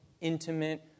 intimate